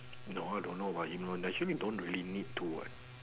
no I don't know about new one actually you don't really need to what